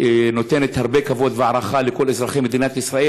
שנותנת הרבה כבוד והערכה לכל אזרחי מדינת ישראל.